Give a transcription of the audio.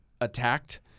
attacked